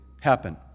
happen